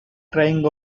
crying